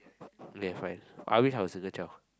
okay fine I wish I was a single child